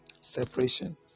separation